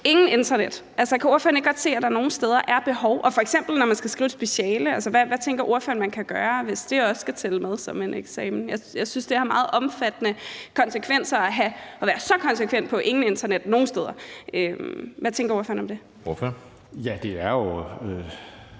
uden internet? Kan ordføreren ikke godt se, at der nogle steder er et behov, f.eks. når man skal skrive et speciale? Hvad tænker ordføreren at man kan gøre, hvis det også skal tælle med som en eksamen? Jeg synes, det har meget omfattende konsekvenser at være så konsekvent med ikke at have noget internet nogen steder. Hvad tænker ordføreren om det? Kl. 15:14 Anden